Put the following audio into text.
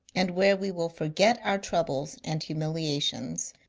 and where we will forget our troubles and humiliations